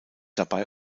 dabei